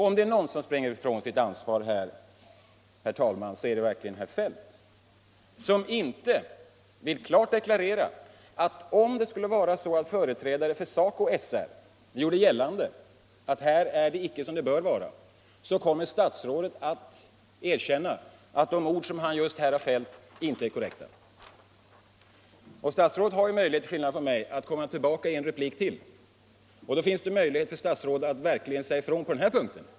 Om det är någon som springer ifrån sitt ansvar är det verkligen herr Feldt, som inte vill klart deklarera att om företrädare för SACO/SR gjorde gällande att här är det inte som det bör vara, kommer han att erkänna Kvinnor i statlig att de ord han just har fällt inte är korrekta. Statsrådet har till skillnad från mig möjlighet att komma tillbaka i en replik, och då har han chansen att verkligen säga ifrån på den här punkten.